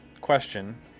question